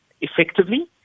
effectively